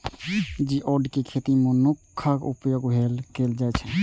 geoduck के खेती मनुक्खक उपभोग लेल कैल जाइ छै